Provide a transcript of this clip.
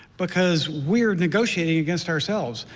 because we're negotiating against ourselves.